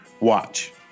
watch